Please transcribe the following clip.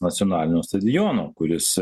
nacionalinio stadiono kuris